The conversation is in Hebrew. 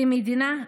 כמדינה,